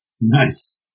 Nice